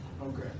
Okay